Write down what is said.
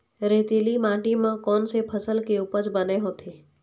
रेतीली माटी म कोन से फसल के उपज बने होथे?